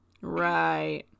Right